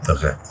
Okay